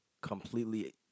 completely